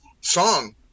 song